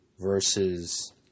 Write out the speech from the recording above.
versus